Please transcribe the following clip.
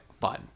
fun